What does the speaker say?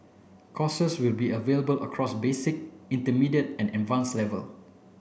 courses will be available across basic intermediate and advanced level